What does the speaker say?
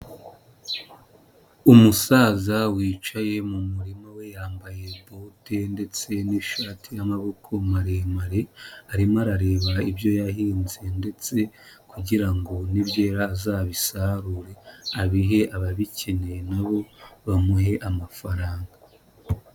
Umusaza wicaye mu murima we yambaye ikote ndetse n'ishati y'amaboko maremare, arimo arareba ibyo yahinze ndetse kugira ngo nibyera azabisarure abihe ababikeneye na bo bamuhe amafaranga.